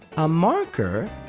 a marker,